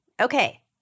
Okay